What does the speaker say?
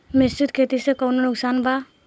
मिश्रित खेती से कौनो नुकसान वा?